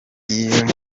iyo